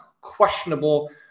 questionable